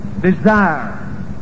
desire